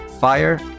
fire